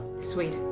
Sweet